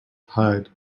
hide